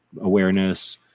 awareness